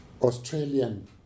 Australian